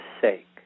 sake